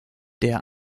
der